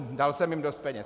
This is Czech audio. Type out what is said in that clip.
Dal jsem jim dost peněz.